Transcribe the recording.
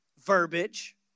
verbiage